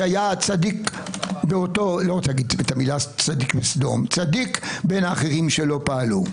שהיה צדיק בין האחרים שלא פעלו.